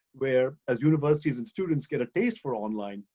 where as universities and students get a taste for online,